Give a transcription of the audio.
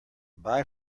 bye